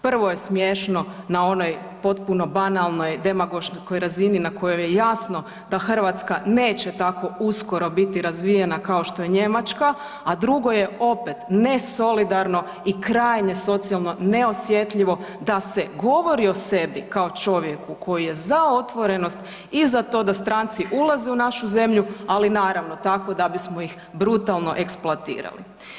Prvo je smiješno na onoj potpuno banalnoj demagoškoj razini na kojoj je jasno da Hrvatska neće tako uskoro biti razvijena kao što je Njemačka, a drugo je, opet, nesolidarno i krajnje socijalno neosjetljivo da se govori o sebi kao čovjeku koji je za otvorenost i za to da stranci ulaze u našu zemlju, ali naravno, tako da bismo ih brutalno eksploatirali.